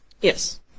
Yes